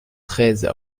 treize